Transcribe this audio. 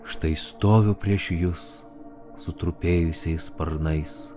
štai stoviu prieš jus sutrupėjusiais sparnais